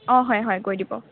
অঁ হয় হয় কৈ দিব